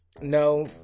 No